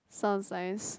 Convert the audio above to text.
sounds nice